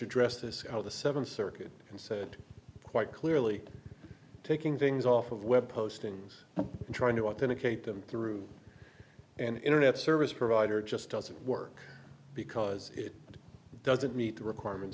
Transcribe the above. addressed us how the seventh circuit and said quite clearly taking things off of web postings and trying to authenticate them through an internet service provider just doesn't work because it doesn't meet the requirements